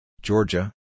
Georgia